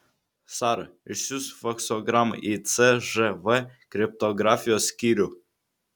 sara išsiųsk faksogramą į cžv kriptografijos skyrių